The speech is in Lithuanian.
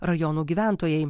rajonų gyventojai